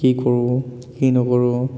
কি কৰোঁ কি নকৰোঁ